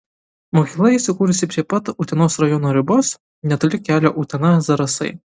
mokykla įsikūrusi prie pat utenos rajono ribos netoli kelio utena zarasai